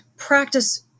practice